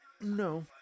No